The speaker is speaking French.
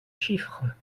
chiffres